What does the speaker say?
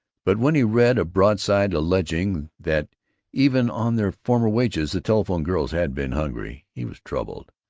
but when he read a broadside alleging that even on their former wages the telephone girls had been hungry, he was troubled.